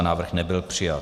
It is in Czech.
Návrh nebyl přijat.